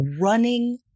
running